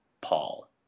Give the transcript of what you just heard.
Paul